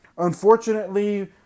Unfortunately